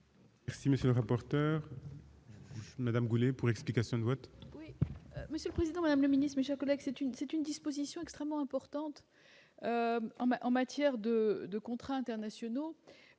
Merci, monsieur le rapporteur Madame Goulet pour l'explication de vote. Oui, Monsieur le Président, Madame le ministre japonais que c'est une c'est une disposition extrêmement importante en matière de de contrats internationaux,